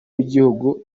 w’igihugu